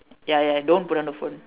ya ya don't put down the phone